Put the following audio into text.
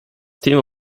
thema